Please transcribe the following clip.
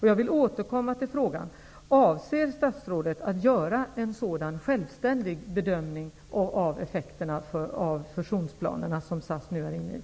Jag vill återkomma till frågan om statsrådet avser att göra en sådan självständig bedömning av effekterna av de fusionsplaner som SAS nu är inne på.